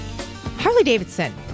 Harley-Davidson